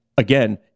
Again